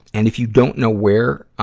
and if you don't know where, ah,